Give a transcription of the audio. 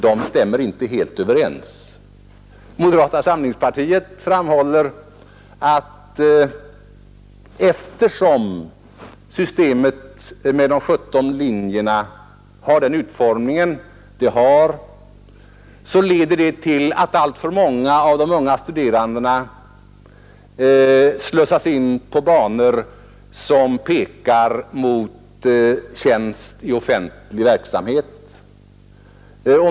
De stämmer inte helt överens. Moderata samlingspartiet framhåller att eftersom systemet med de sjutton linjerna har den utformning det har, leder till att alltför många av de unga studerandena slussas in på banor som pekar mot tjänst i offentlig verksamhet.